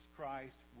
Christ